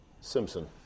Simpson